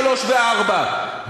שלוש וארבע,